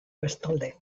bestalde